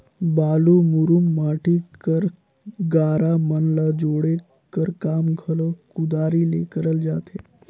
बालू, मुरूम, माटी कर गारा मन ल जोड़े कर काम घलो कुदारी ले करल जाथे